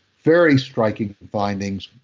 very striking findings.